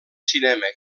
cinema